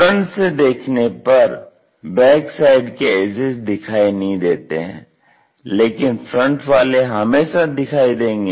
front से देखने पर बैक साइड के एजेज दिखाई नहीं देते हैं लेकिन फ्रंट वाले हमेशा दिखाई देंगे